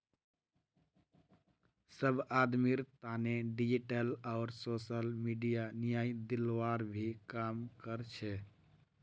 सब आदमीर तने डिजिटल आर सोसल मीडिया न्याय दिलवार भी काम कर छे